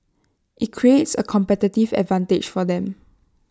IT creates A competitive advantage for them